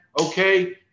Okay